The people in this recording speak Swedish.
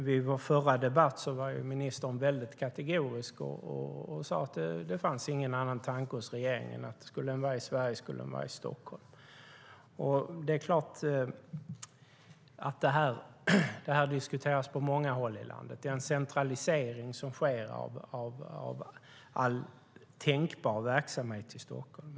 Vid vår förra debatt var ministern väldigt kategorisk och sade att det inte fanns någon annan tanke hos regeringen än att den skulle vara i Stockholm om den skulle vara i Sverige. På många håll i landet diskuteras den centralisering som sker av all tänkbar verksamhet till Stockholm.